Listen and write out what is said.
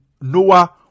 Noah